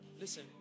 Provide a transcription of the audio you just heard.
listen